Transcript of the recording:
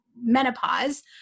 menopause